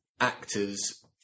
Actors